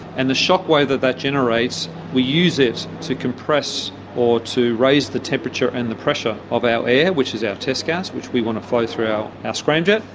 and the shockwave that that generates we use it to compress or to raise the temperature and the pressure of our air, which is our test gas, which we want to flow through our ah scramjet.